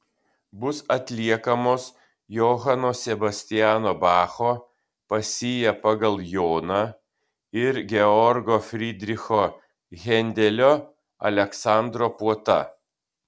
bus atliekamos johano sebastiano bacho pasija pagal joną ir georgo fridricho hendelio aleksandro puota